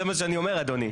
זה מה שאני אומר, אדוני.